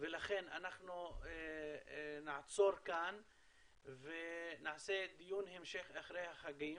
ולכן אנחנו נעצור כאן ונעשה דיון המשך אחרי החגים,